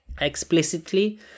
explicitly